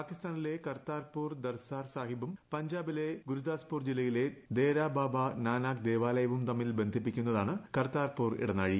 പാകിസ്ഥാനിലെ കർതാർപൂർ ദർസാർസാഹിബും പഞ്ചാബിൽ ഗുരുദാസ്പൂർ ജില്ലയിലെ ദേരാബാബ നാനാക് ദേവാലയവും തമ്മിൽ ബന്ധിപ്പിക്കുന്നതാണ് കർതാർപൂർ ഇടനാഴി